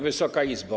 Wysoka Izbo!